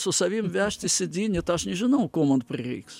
su savim vežtis cd net aš nežinau ko man prireiks